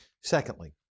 secondly